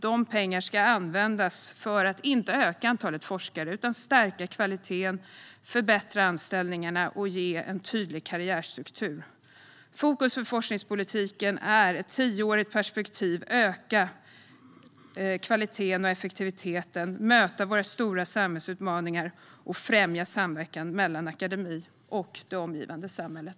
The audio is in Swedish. De pengarna ska inte användas till att öka antalet forskare utan till att stärka kvaliteten, förbättra anställningarna och ge en tydlig karriärstruktur. Fokus för forskningspolitiken är att i ett tioårigt perspektiv öka kvaliteten och effektiviteten, möta våra stora samhällsutmaningar och främja samverkan mellan akademi och det omgivande samhället.